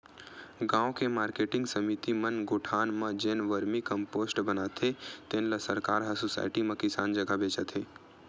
गाँव के मारकेटिंग समिति मन गोठान म जेन वरमी कम्पोस्ट बनाथे तेन ल सरकार ह सुसायटी म किसान जघा बेचत हे